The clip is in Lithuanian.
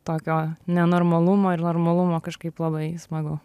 tokio nenormalumo ir normalumo kažkaip labai smagu